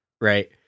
Right